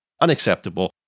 Unacceptable